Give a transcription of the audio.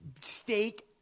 steak